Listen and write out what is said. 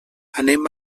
anem